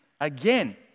again